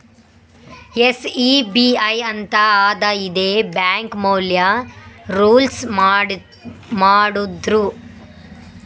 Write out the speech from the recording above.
SEBI ಅಂತ್ ಅದಾ ಇದೇ ಬ್ಯಾಂಕ್ ಮ್ಯಾಲ ರೂಲ್ಸ್ ಮಾಡ್ತುದ್